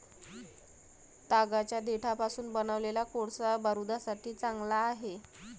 तागाच्या देठापासून बनवलेला कोळसा बारूदासाठी चांगला आहे